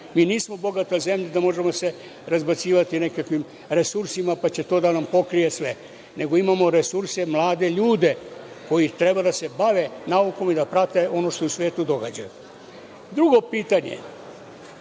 Mi nismo bogata zemlja da se možemo razbacivati nekakvim resursima, pa će to da nam pokrije sve. Imamo resurse, mlade ljude koji treba da se bave naukom i da prate ono što se u svetu događa. Drugo pitanje